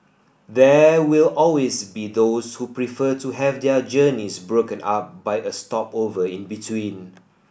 there will always be those who prefer to have their journeys broken up by a stopover in between